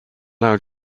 loud